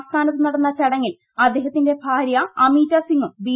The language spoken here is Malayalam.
ആസ്ഥാനത്തു നടന്നിച്ചുടങ്ങിൽ അദ്ദേഹത്തിന്റ ഭാര്യ അമീറ്റ സിംഗും ബി